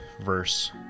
verse